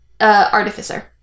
Artificer